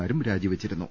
മാരും രാജിവെച്ചിരുന്നു